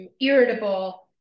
irritable